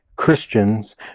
Christians